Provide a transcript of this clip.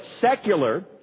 secular